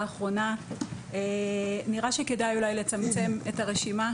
האחרונה נראה שכדאי אולי לצמצם את הרשימה,